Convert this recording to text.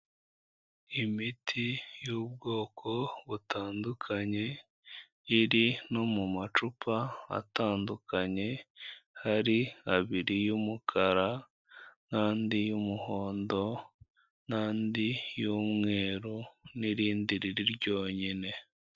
Imiti y'ubwoko butandukanye, iri no mu macupa atandukanye, hari abiri y'umukara n'andi y'umuhondo n'andi y'umweru n'irindi riri ryonyine.